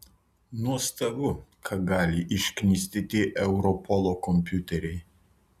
nuostabu ką gali išknisti tie europolo kompiuteriai